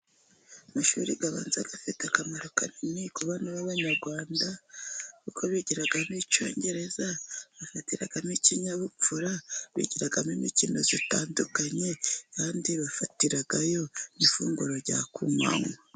Amashuri abanza afite akamaro kanini ku bana b'abanyarwanda kuko bigiramo icyongereza, bafatiramo ikinyabupfura, bigiramo imikino itandukanye kandi bafatirayo ifunguro rya kumanywa.